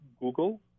Google